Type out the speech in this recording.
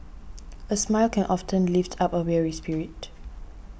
a smile can often lift up a weary spirit